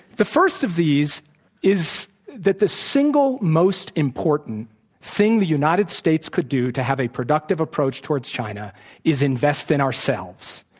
the first of these is that the single most important thing the united states could do to have a productive approach towards china is invest in ourselves,